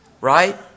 right